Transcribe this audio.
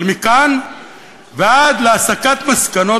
אבל מכאן ועד להסקת מסקנות,